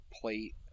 plate